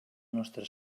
nostre